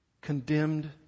condemned